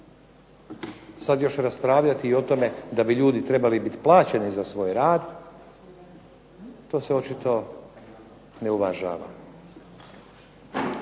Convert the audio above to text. sad još raspravljati o tome da bi ljudi trebali biti plaćeni za svoj rad, to se očito ne uvažava.